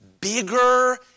bigger